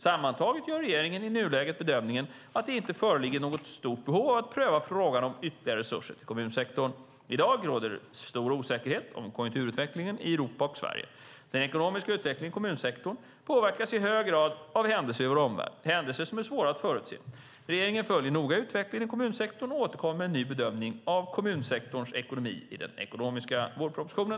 Sammantaget gör regeringen i nuläget bedömningen att det inte föreligger något stort behov av att pröva frågan om ytterligare resurser till kommunsektorn. I dag råder dock stor osäkerhet om konjunkturutvecklingen i Europa och i Sverige. Den ekonomiska utvecklingen i kommunsektorn påverkas i hög grad av händelser i vår omvärld - händelser som är svåra att förutse. Regeringen följer noga utvecklingen i kommunsektorn och återkommer med en ny bedömning av kommunsektorns ekonomi i den ekonomiska vårpropositionen.